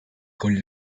con